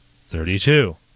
Thirty-two